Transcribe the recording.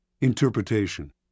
Interpretation